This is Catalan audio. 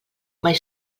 mai